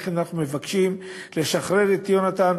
לכן אנחנו מבקשים לשחרר את יונתן,